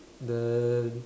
then